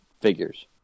figures